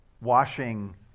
washing